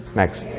next